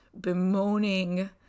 bemoaning